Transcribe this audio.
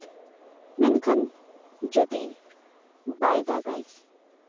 ᱢᱮᱱᱠᱷᱟᱱ ᱡᱩᱫᱤ ᱵᱟᱭ ᱫᱟᱜᱟᱭ